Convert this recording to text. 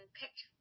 picked